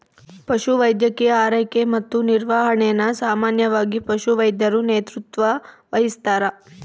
ಪಶುವೈದ್ಯಕೀಯ ಆರೈಕೆ ಮತ್ತು ನಿರ್ವಹಣೆನ ಸಾಮಾನ್ಯವಾಗಿ ಪಶುವೈದ್ಯರು ನೇತೃತ್ವ ವಹಿಸ್ತಾರ